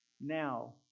now